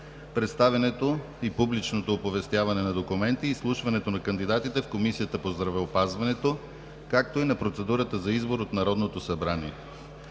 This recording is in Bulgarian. представянето и публичното оповестяване на документите и изслушването на кандидатите в Комисията по здравеопазването, както и на процедурата за избор от Народното събрание.